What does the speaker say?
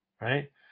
right